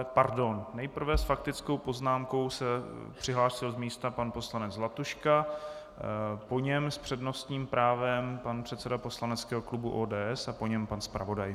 Pardon, nejprve s faktickou poznámkou se přihlásil z místa pan poslanec Zlatuška, po něm s přednostním právem pan předseda poslaneckého klubu ODS a po něm pan zpravodaj.